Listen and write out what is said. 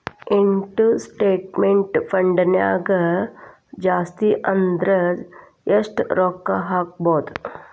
Investment ಫಂಡ್ನ್ಯಾಗ ಜಾಸ್ತಿ ಅಂದ್ರ ಯೆಷ್ಟ್ ರೊಕ್ಕಾ ಹಾಕ್ಬೋದ್?